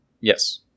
Yes